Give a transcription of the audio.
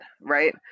right